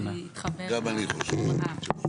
גם אני חושב שאחר כך.